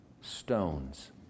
stones